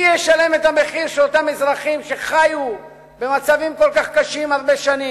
מי ישלם את המחיר על אותם אזרחים שחיו במצבים כל כך קשים הרבה שנים?